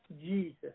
Jesus